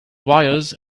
wires